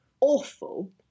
awful